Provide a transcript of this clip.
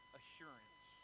assurance